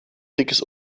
dickes